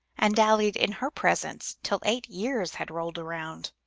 and dallied in her presence till eight years had rolled around.